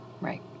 Right